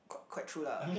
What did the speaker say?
quite quite true lah